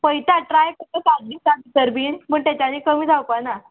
पयता ट्राय करता सात दिसान बीन पण तेच्या आनी कमी जावपा ना